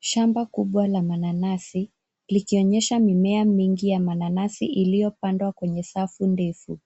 Shamba kubwa la mananasi likionyesha mimea mingi ya mananasi iliyopandwa kwenye safu ndefu.